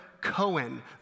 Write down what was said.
Cohen